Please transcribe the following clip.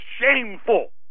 shameful